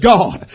God